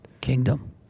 Kingdom